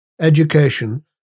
education